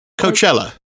Coachella